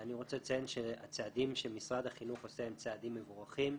אני רוצה לציין שהצעדים שמשרד החינוך עושה הם צעדים מבורכים.